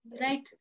Right